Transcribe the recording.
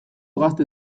gazte